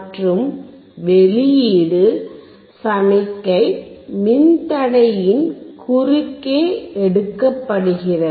மற்றும் வெளியீடு சமிக்ஞை மின்தடையின் குறுக்கே எடுக்கப்படுகிறது